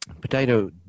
potato